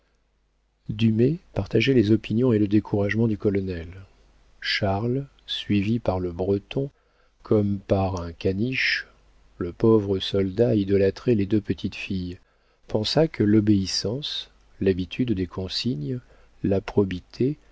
dumay partageait les opinions et le découragement du colonel charles suivi par le breton comme par un caniche le pauvre soldat idolâtrait les deux petites filles pensa que l'obéissance l'habitude des consignes la probité